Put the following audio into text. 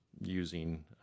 using